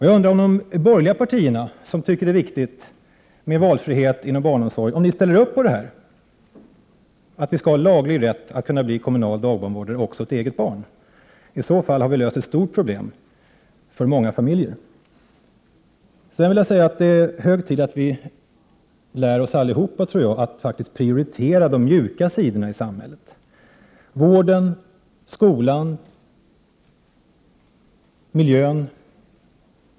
Jag undrar om de borgerliga partierna, som tycker att det är viktigt med valfrihet inom barnomsorgen, ställer sig bakom förslaget om laglig rätt för en förälder att vara dagbarnvårdare också åt de egna barnen. I så fall har vi löst ett stort problem för många familjer. Det är hög tid att vi alla lär oss att prioritera de mjuka frågorna i samhället —- vården, skolan och miljön.